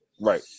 Right